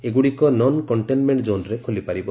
ଏଗୁଡ଼ିକ ନନ୍କଣ୍ଟେନ୍ମେଣ୍ଟ୍ ଜୋନ୍ରେ ଖୋଲିପାରିବ